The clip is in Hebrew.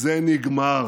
זה נגמר.